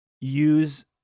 use